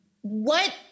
What-